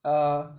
err